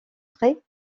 frais